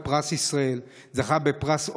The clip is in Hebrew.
הוא זכה בפרס ישראל,